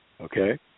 okay